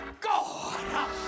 God